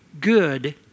Good